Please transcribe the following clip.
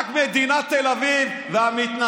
רק מדינת תל אביב והמתנשאים.